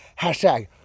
hashtag